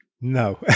No